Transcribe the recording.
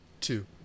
Two